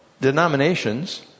denominations